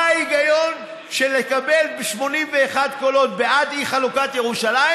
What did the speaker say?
מה ההיגיון של לקבל ב-81 קולות בעד את אי-חלוקת ירושלים,